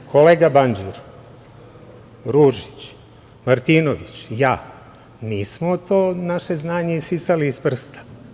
Jer, kolega Banđur, Ružić, Martinović, ja nismo naše znanje sisali iz prsta.